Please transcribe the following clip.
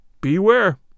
Beware